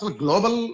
global